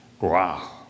Wow